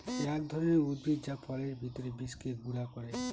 এক ধরনের উদ্ভিদ যা ফলের ভেতর বীজকে গুঁড়া করে